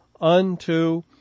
unto